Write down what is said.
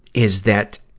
is that,